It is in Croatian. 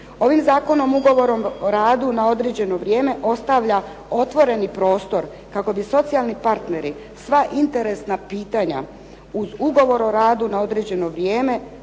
Ovim zakonom ugovorom o radu na određeno vrijeme ostavlja otvoreni prostor kako bi socijalni partneri sva interesna pitanja uz ugovor o radu na određeno vrijeme